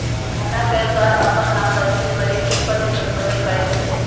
मोहना के अनुसार अपन आमदनी के करीब बीस प्रतिशत बचत करे के ही चाहि